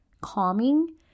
calming